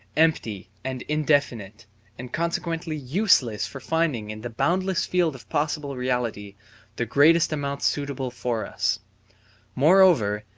empty and indefinite and consequently useless for finding in the boundless field of possible reality the greatest amount suitable for us moreover,